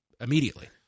immediately